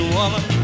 woman